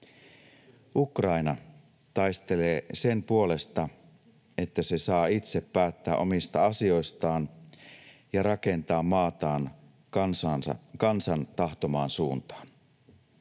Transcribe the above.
Ukraina taistelee sen puolesta, että se saa itse päättää omista asioistaan ja rakentaa maataan kansan tahtomaan suuntaan.